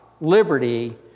liberty